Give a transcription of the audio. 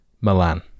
Milan